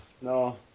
no